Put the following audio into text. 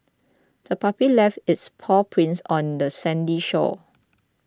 the puppy left its paw prints on the sandy shore